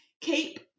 keep